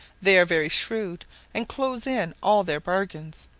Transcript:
they are very shrewd and close in all their bargains,